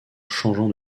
changeant